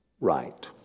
Right